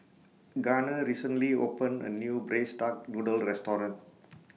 Gunner recently opened A New Braised Duck Noodle Restaurant